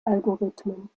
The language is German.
algorithmen